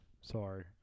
Sorry